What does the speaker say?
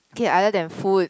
okay other than food